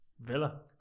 Villa